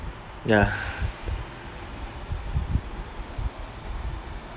yeah